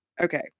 Okay